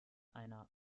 einer